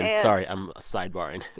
sorry, i'm sidebarring.